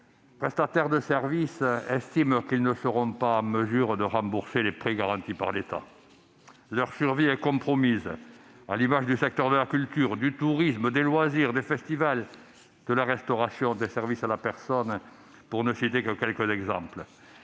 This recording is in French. ou prestataires de services estiment qu'ils ne seront pas en mesure de rembourser les prêts garantis par l'État. Leur survie est compromise, à l'image du secteur de la culture, du tourisme, des loisirs, des festivals, de la restauration, des services à la personne, pour ne citer que ces quelques exemples.